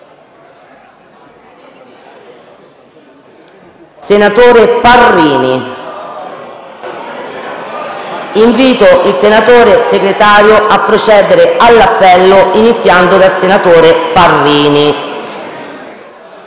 senatore Parrini).* Invito il senatore Segretario a procedere all'appello, iniziando dal senatore Parrini.